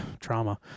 trauma